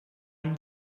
ano